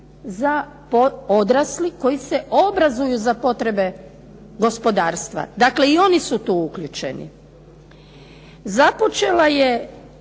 odrasli koji se obrazuju za potrebe gospodarstva. Dakle, i oni su tu uključeni. Započela je